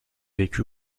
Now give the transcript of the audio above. vécu